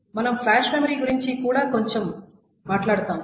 మనం flash memory గురించి కూడా కొంచెం మాట్లాడుతాము